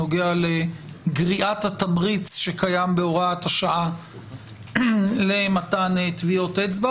שנוגע לגריעת התמריץ שקיים בהוראת השעה למתן טביעות אצבע,